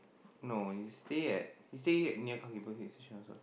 no he stay at he stay near Kaki-Bukit Station also